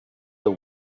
that